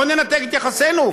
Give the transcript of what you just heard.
לא ננתק את יחסינו,